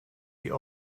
die